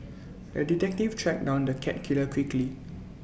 the detective tracked down the cat killer quickly